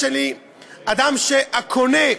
אדוני,